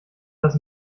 das